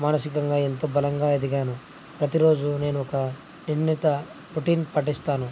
మానసికంగా ఎంతో బలంగా ఎదిగాను ప్రతిరోజు నేను ఒక నిర్ణీత రొటీన్ పాటిస్తాను